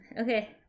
Okay